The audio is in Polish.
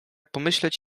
pomyśleć